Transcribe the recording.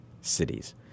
cities